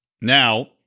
Now